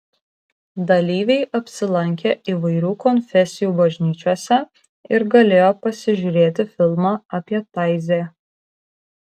dalyviai apsilankė įvairių konfesijų bažnyčiose ir galėjo pasižiūrėti filmą apie taizė